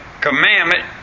commandment